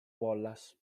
wallace